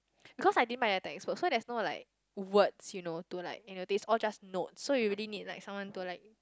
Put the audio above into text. because I didn't buy the textbooks so there is no like words you know to like you know is all just notes so you really need someone to like